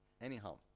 Anyhow